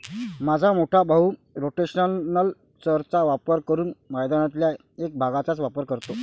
माझा मोठा भाऊ रोटेशनल चर चा वापर करून मैदानातल्या एक भागचाच वापर करतो